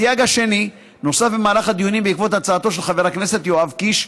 הסייג השני נוסף במהלך הדיונים בעקבות הצעתו של חבר הכנסת יואב קיש,